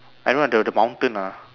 I know the the mountain ah